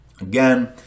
Again